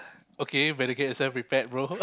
okay better get yourself prepared bro